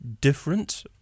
different